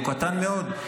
הוא קטן מאוד.